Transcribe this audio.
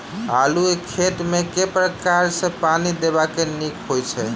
आलु केँ खेत मे केँ प्रकार सँ पानि देबाक नीक होइ छै?